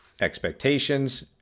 expectations